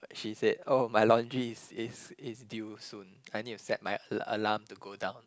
she said oh my laundry is is is due soon I need to set my ala~ alarm to go down